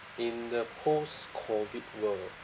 in the post COVID world